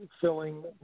filling